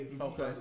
Okay